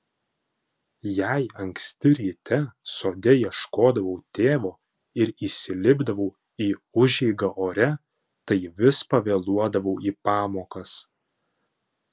jei anksti ryte sode ieškodavau tėvo ir įsilipdavau į užeigą ore tai vis pavėluodavau į pamokas